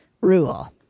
rule